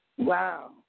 Wow